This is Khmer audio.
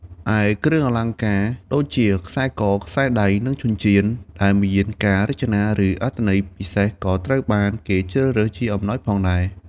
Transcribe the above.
ឯគ្រឿងអលង្ការ ដូចជា ខ្សែក ខ្សែដៃ និងចិញ្ចៀន ដែលមានការរចនា ឬអត្ថន័យពិសេសក៏ត្រូវបានគេជ្រើរើសជាអំណោយផងដែរ។